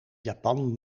japan